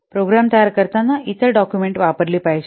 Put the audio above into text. program तयार करताना इतर डाक्युमेंट वापरली पाहिजेत